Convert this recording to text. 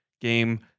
game